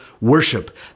worship